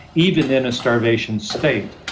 even in a starvation state.